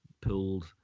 pulled